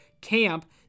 camp